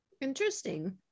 Interesting